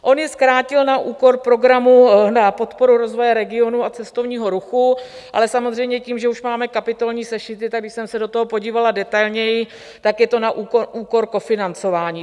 On je zkrátil na úkor programu na podporu rozvoje regionů a cestovního ruchu, ale samozřejmě tím, že už máme kapitolní sešity, tak když jsem se do toho podívala detailněji, tak je to na úkor kofinancování.